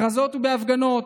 בכרזות ובהפגנות.